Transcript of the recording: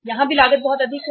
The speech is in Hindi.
यहां भी लागत बहुत अधिक है